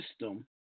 system